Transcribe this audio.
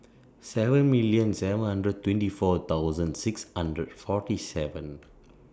seven million seven hundred twenty four thousand six hundred forty seven